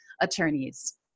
attorneys